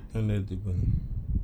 another table